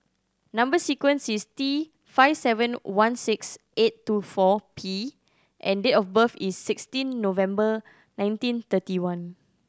number sequence is T five seven one six eight two four P and date of birth is sixteen November nineteen thirty one